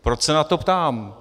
Proč se na to ptám?